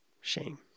Shame